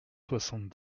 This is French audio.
soixante